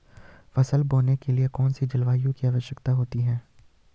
फसल बोने के लिए कौन सी जलवायु की आवश्यकता होती है?